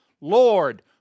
Lord